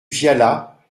viala